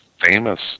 famous